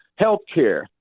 healthcare